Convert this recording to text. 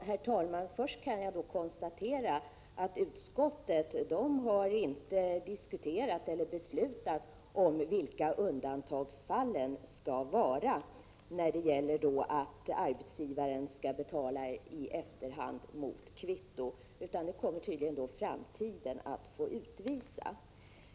Herr talman! Först kan jag konstatera att utskottet inte har diskuterat, eller beslutat om, vilka undantagsfall det skall vara då arbetsgivaren skall betala i efterhand mot kvitto. Det kommer tydligen framtiden att få utvisa.